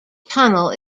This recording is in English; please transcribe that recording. tunnel